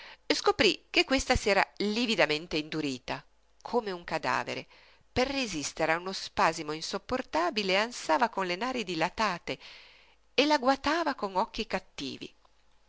all'amica scoprí che questa s'era lividamente indurita come un cadavere per resistere a uno spasimo insopportabile e ansava con le nari dilatate e la guatava con occhi cattivi